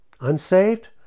unsaved